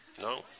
No